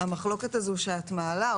המחלוקת הזו שאת מעלה,